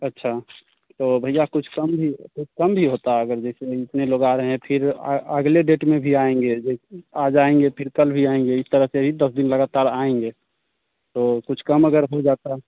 अच्छा तो भैया कुछ कम भी कुछ कम भी होता है अगर जैसे इतने लोग आ रहें फिर अगली डेट में भी आएँगे जैसे आज आएँगे फिर कल भी आएँगे इस तरह से ही दस दिन लगातार आएँगे तो कुछ कम अगर हो जाता